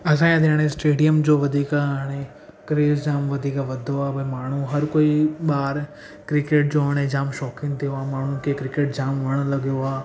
असांजे इते हाणे स्टेडियम जो वधीक हाणे क्रेज़ आहे ऐं वधीक वधो आहे पर माण्हूं हर कोई ॿार क्रिकेट जो हाणे जाम शौक़ीन थियो आहे माण्हुनि खे क्रिकेट जाम वणन लॻियो आ्हे